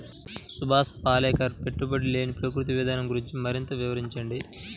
సుభాష్ పాలేకర్ పెట్టుబడి లేని ప్రకృతి విధానం గురించి మరింత వివరించండి